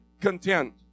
content